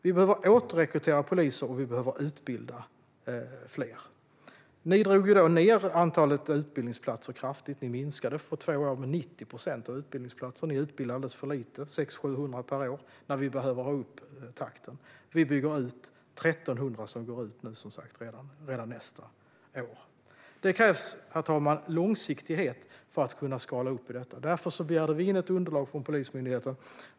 Vi behöver återrekrytera poliser, och vi behöver utbilda fler. Ni drog ned antalet utbildningsplatser kraftigt. På två år minskade ni utbildningsplatserna med 90 procent. Ni utbildade alldeles för få - 600-700 per år - när vi behöver ha upp takten. Vi bygger ut. Det är som sagt 1 300 som går ut redan nästa år. Det krävs, herr talman, långsiktighet för att kunna skala upp detta. Därför begärde vi in ett underlag från Polismyndigheten.